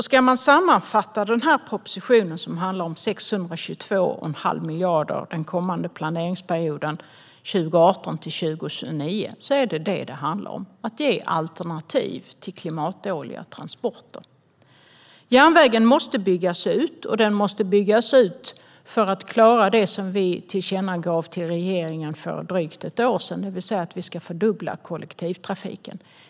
Ska man sammanfatta den här propositionen, som handlar om 622 1⁄2 miljard den kommande planeringsperioden, 2018-2029, är det detta det handlar om: att ge alternativ till klimatdåliga transporter. Järnvägen måste byggas ut, och den måste byggas ut för att klara det som vi tillkännagav till regeringen för drygt ett år sedan, det vill säga att vi ska fördubbla kollektivtrafiken.